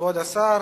כבוד השר,